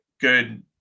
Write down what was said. good